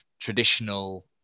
traditional